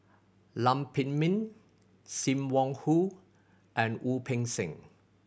Lam Pin Min Sim Wong Hoo and Wu Peng Seng